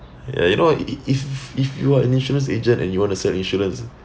ya you know i~ if if you are an insurance agent and you want to sell insurance